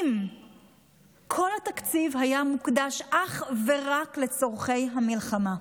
אם כל התקציב היה מוקדש אך ורק לצורכי המלחמה.